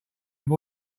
have